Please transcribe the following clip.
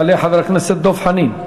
יעלה חבר הכנסת דב חנין.